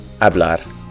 hablar